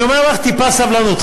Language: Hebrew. אני אומר לך, טיפה סבלנות.